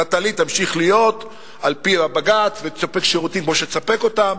"נטלי" תמשיך להיות על-פי הבג"ץ ותספק שירותים כמו שתספק אותם,